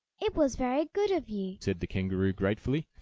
it was very good of you, said the kangaroo gratefully,